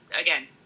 again